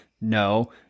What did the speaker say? No